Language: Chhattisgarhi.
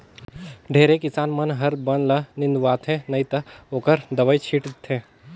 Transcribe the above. ढेरे किसान मन हर बन ल निंदवाथे नई त ओखर दवई छींट थे